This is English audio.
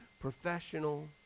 professional